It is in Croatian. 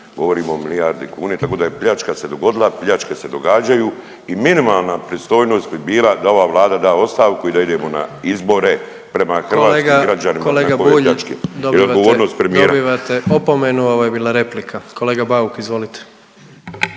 govorimo o milijardi kuna, tako da se pljačka dogodila, pljačke se događaju i minimalna pristojnost bi bila da ova vlada da ostavku i da idemo na izbore prema hrvatskim građanima nakon ove pljačke i odgovornost